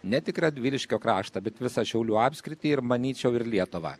ne tik radviliškio kraštą bet visą šiaulių apskritį ir manyčiau ir lietuvą